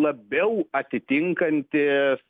labiau atitinkantis